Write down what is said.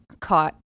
caught